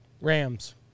Rams